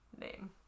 name